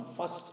first